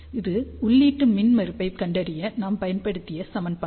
இது உள்ளீட்டு மின்மறுப்பைக் கண்டறிய நாம் பயன்படுத்திய சமன்பாடு